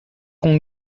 qu’on